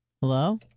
Hello